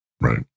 Right